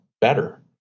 better